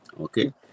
Okay